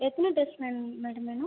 எத்தனை dress ma'am madam வேணும்